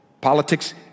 politics